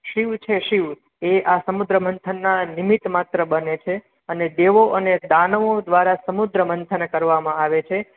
શિવ છે શિવ એ આ સમુદ્ર મંથનના નિમિત માત્ર બને છે અને દેવો અને દાનવો દ્વારા સમુદ્ર મંથન કરવામાં આવે છે